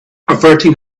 averting